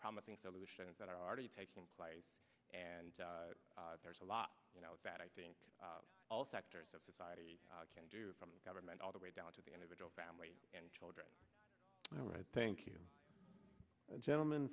promising solutions that are already taking place and there's a lot you know that i think all sectors of society can do from the government all the way down to the individual family and children all right thank you gentleman